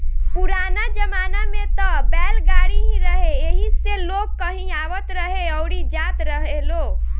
पुराना जमाना में त बैलगाड़ी ही रहे एही से लोग कहीं आवत रहे अउरी जात रहेलो